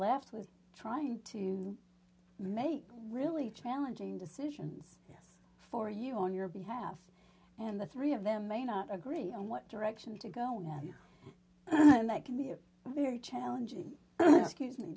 left with trying to make really challenging decisions for you on your behalf and the three of them may not agree on what direction to go now and that can be a very challenging